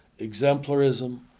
exemplarism